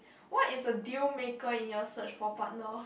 what is a deal maker in your search for partner